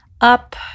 up